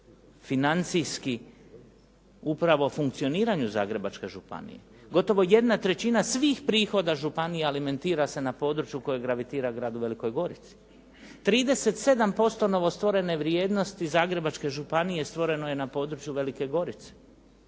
financijski upravo funkcioniranju Zagrebačke županije. Gotovo jedna trećina svih prihoda županije alimentira se na području koje gravitira gradu Velikoj Gorici. 37% novo stvorene vrijednosti Zagrebačke županije stvoreno je na području Velike Gorice